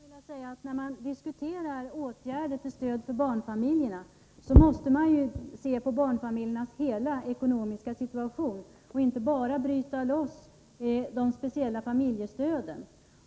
Fru talman! Till Karin Israelsson skulle jag vilja säga följande. När man diskuterar åtgärder till stöd för barnfamiljerna måste man se till hela deras ekonomiska situation och inte endast bryta loss de speciella familjestöden.